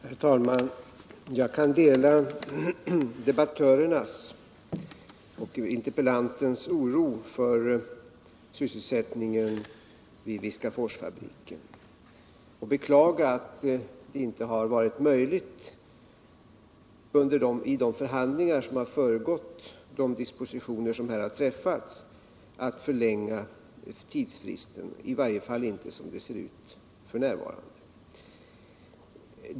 Herr talman! Jag kan dela debattörernas och interpellantens oro för sysselsättningen vid Viskaforsfabriken och beklaga att det, vid de förhandlingar som föregått de dispositioner som har träffats, inte har varit möjligt att förlänga tidsfristen — i varje fall inte som det ser ut f. n.